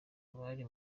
abari